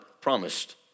promised